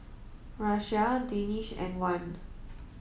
Raisya Danish and Wan